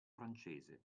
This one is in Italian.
francese